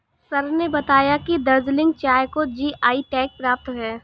sir ने बताया कि दार्जिलिंग चाय को जी.आई टैग प्राप्त है